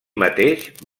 mateix